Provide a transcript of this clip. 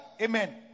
Amen